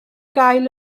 gael